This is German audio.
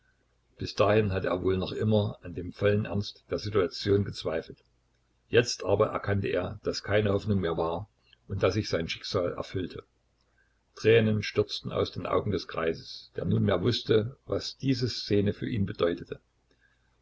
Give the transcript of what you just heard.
bis dahin hatte er wohl noch immer an dem vollen ernst der situation gezweifelt jetzt aber erkannte er daß keine hoffnung mehr war und daß sich sein schicksal erfüllte tränen stürzten aus den augen des greises der nunmehr wußte was diese szene für ihn bedeutete